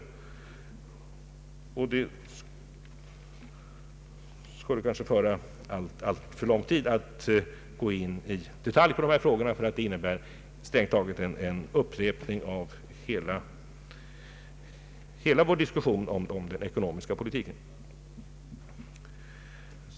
Det skulle föra alltför långt att gå in i detalj på dessa frågor — det skulle strängt taget bara innebära en upprepning av hela diskussionen kring den ekonomiska politiken.